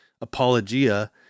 apologia